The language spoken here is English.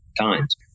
times